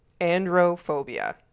Androphobia